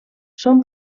són